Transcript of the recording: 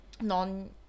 non